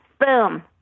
Boom